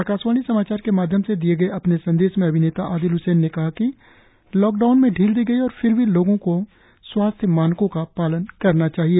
आकाशवाणी समाचार के माध्यम से दिए गए अपने संदेश में अभिनेता आदिल ह्सैन ने कहा कि लॉकडाउन में ढील दी गई है फिर भी लोगों का स्वास्थ्य मानकों का पालन करना चाहिए